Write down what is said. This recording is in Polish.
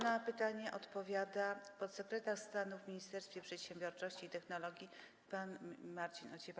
Na pytanie odpowiada podsekretarz stanu w Ministerstwie Przedsiębiorczości i Technologii pan Marcin Ociepa.